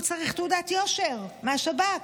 הוא צריך תעודת יושר מהשב"כ.